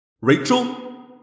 Rachel